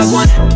one